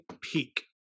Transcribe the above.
Peak